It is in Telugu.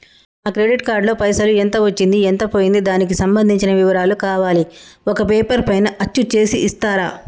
నా క్రెడిట్ కార్డు లో పైసలు ఎంత వచ్చింది ఎంత పోయింది దానికి సంబంధించిన వివరాలు కావాలి ఒక పేపర్ పైన అచ్చు చేసి ఇస్తరా?